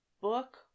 book